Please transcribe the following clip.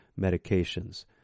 medications